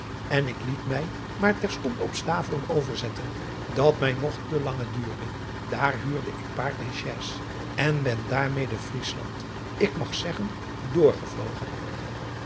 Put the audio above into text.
en ik liet mij maar terstond op taveren overzetten dat mij nog te lang duurde daar huurde ik paard en chais en ben daarmede riesland ik mag zeggen